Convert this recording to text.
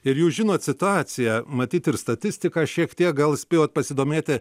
ir jūs žinot situaciją matyt ir statistiką šiek tiek gal spėjot pasidomėti